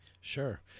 Sure